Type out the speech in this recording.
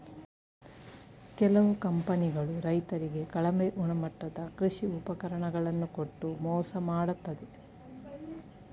ಕೆಲವು ಕಂಪನಿಗಳು ರೈತರಿಗೆ ಕಳಪೆ ಗುಣಮಟ್ಟದ ಕೃಷಿ ಉಪಕರಣ ಗಳನ್ನು ಕೊಟ್ಟು ಮೋಸ ಮಾಡತ್ತದೆ